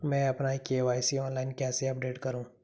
मैं अपना KYC online कैसे अपडेट करूँ?